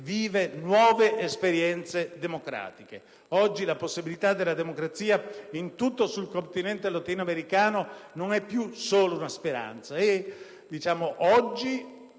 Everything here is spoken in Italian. vive nuove esperienze democratiche e la possibilità della democrazia, in tutto il contenente latinoamericano, non è più solo una speranza.